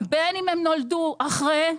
בין אם הם נולדו אחרי,